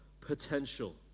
potential